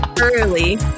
early